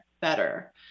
better